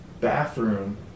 bathroom